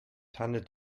tanne